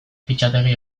fitxategi